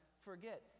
forget